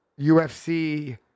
UFC